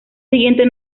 siguientes